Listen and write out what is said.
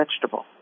vegetable